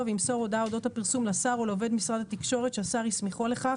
וימסור הודעה אודות הפרסום לשר או לעובד משרד התקשורת שהשר הסמיכו לכך,